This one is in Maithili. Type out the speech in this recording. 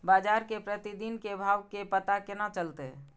बजार के प्रतिदिन के भाव के पता केना चलते?